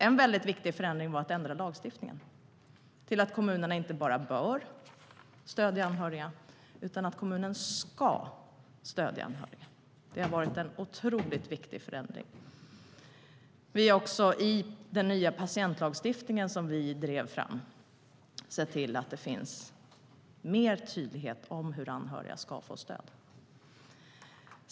En viktig förändring var att ändra lagstiftningen så att kommunen inte bara bör stödja anhöriga utan ska stödja anhöriga. Det har varit en otroligt viktig förändring. I den nya patientlagstiftningen, som vi drev fram, har vi också sett till att det har blivit tydligare på vilket sätt anhöriga ska få stöd.